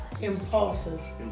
impulses